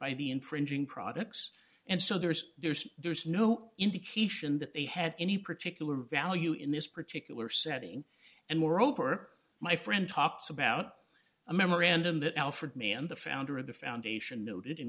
the infringing products and so there's there's there's no indication that they had any particular value in this particular setting and moreover my friend talks about a memorandum that alfred mann the founder of the foundation noted in